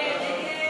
ההסתייגות